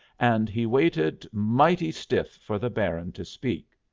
and he waited mighty stiff for the baron to speak.